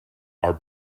are